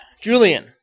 julian